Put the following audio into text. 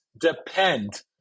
depend